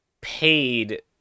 paid